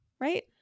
Right